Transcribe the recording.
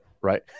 Right